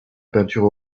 peinture